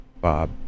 bob